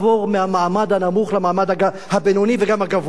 מהמעמד הנמוך למעמד הבינוני וגם הגבוה,